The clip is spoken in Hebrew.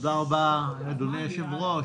תודה רבה, אדוני, היושב-ראש,